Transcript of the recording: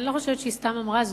אני לא חושבת שהיא סתם אמרה זאת,